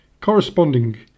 corresponding